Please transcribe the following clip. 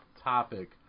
topic